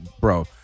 bro